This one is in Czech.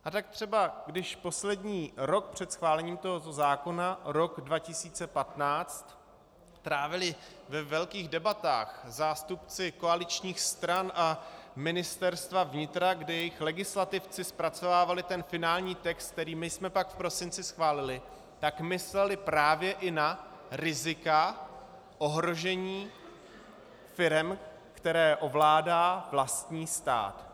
A tak třeba když poslední rok před schválením zákona, rok 2015, trávili ve velkých debatách zástupci koaličních stran a Ministerstva vnitra, kde jejich legislativci zpracovávali finální text, který my jsme pak v prosinci schválili, tak mysleli právě i na rizika ohrožení firem, které ovládá, vlastní stát.